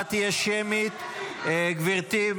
גברתי,